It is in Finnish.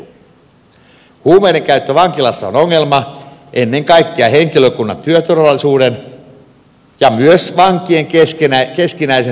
huumeiden käyttö vankilassa on ongelma ennen kaikkea henkilökunnan työturvallisuuden ja myös vankien keskinäisen turvallisuuden kannalta